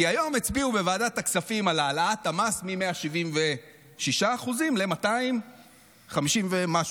כי היום הצביעו בוועדת הכספים על העלאת המס מ-176% ל-250% ומשהו.